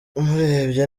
umurebye